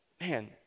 Man